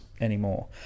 anymore